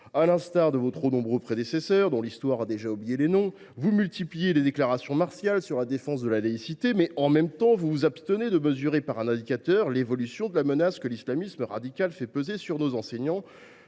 À l’instar de vos trop nombreux prédécesseurs dont l’histoire a déjà oublié les noms, vous multipliez les déclarations martiales sur la défense de la laïcité, mais, « en même temps », vous vous abstenez de mesurer par un indicateur l’évolution de la menace que l’islamisme radical fait peser sur nos enseignants,